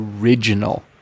original